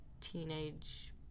teenage